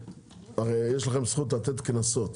הרי יש לכם זכות לתת קנסות,